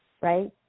right